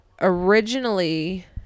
originally